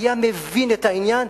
היה מבין את העניין,